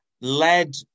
led